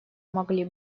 могли